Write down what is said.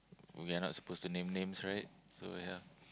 we are not supposed to name names right so ya